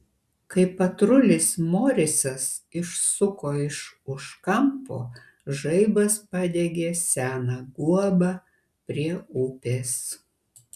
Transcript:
kai patrulis morisas išsuko iš už kampo žaibas padegė seną guobą prie upės